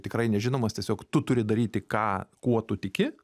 tikrai nežinomas tiesiog tu turi daryti ką kuo tu tiki